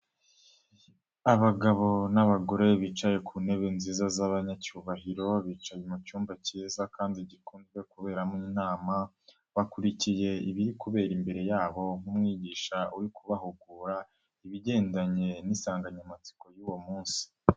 Abagabo n'abagore bicaye ku ntebe nziza z'abanyacyubahiro bicaye mu cyumba kiza kandi gikunze kuberamo inama, bakurikiye ibiri kubera imbere yabo nk'umwigisha uri kubahugura, ibigendanye n'insanganyamatsiko y'uwo munsi.